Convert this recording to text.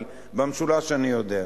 אבל במשולש אני יודע.